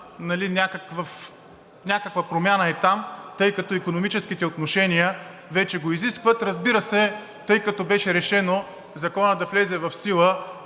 някаква промяна и там, тъй като икономическите отношения вече го изискват. Разбира се, тъй като беше решено Законът да влезе в сила